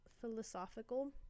philosophical